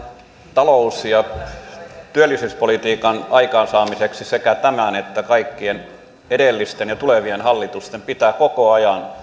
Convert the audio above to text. talous ja työllisyyspolitiikan aikaansaamiseksi sekä tämän että kaikkien edellisten ja tulevien hallitusten pitää koko ajan